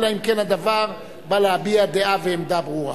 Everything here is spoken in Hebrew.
אלא אם כן הדבר בא להביע דעה ועמדה ברורה.